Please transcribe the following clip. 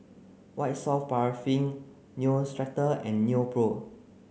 white soft paraffin Neostrata and Nepro